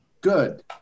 Good